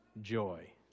joy